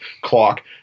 clock